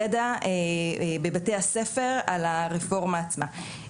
ידע בבתי הספר על הרפורמה עצמה.